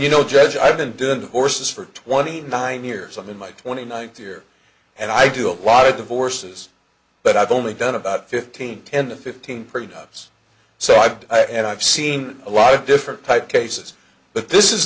you know judge i've been doing horses for twenty nine years something like twenty ninth year and i do a lot of divorces but i've only done about fifteen ten to fifteen pretty jobs so i've had i've seen a lot of different type cases but this is